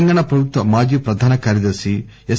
తెలంగాణ ప్రభుత్వ మాజీ ప్రధాన కార్యదర్పి ఎస్